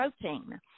protein